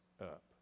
up